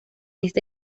este